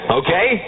okay